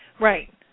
Right